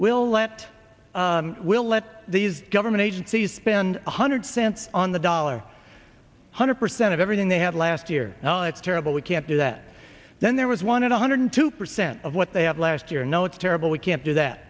we'll let we'll let these government agencies spend one hundred cents on the dollar one hundred percent of everything they had last year now it's terrible we can't do that then there was one in a hundred two percent of what they had last year no it's terrible we can't do that